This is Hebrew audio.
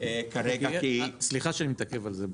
כרגע כי --- סליחה שאני מתעכב על זה,